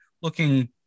looking